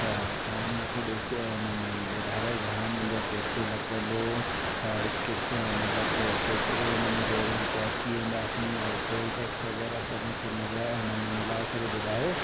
त तव्हां मूंखे ॾिस हिनमें ॿुधायो घणां मुंहिंजा पैसो लगंदो और कित मतिलबु केतिरी उनमें देरि में पहुंची वेंदासीं और टोल टैक्स वग़ैरह सभु मूंखे मिलाए हुनमें मिलाए करे ॿुधायो